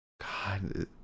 God